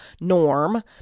norm